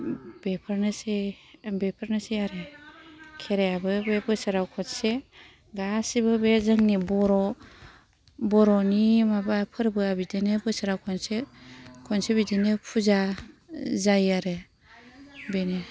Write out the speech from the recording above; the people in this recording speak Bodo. बेफोरनोसै बेफोरनोसै आरो खेरायाबो बे बोसोराव खनसे गासिबो बे जोंनि बर' बर'नि माबा फोरबोआ बिदिनो बोसोराव खनसे खनसे बिदिनो फुजा जायो आरो बेनो